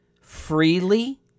freely